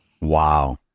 Wow